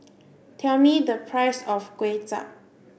tell me the price of Kuay Chap